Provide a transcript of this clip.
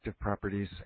properties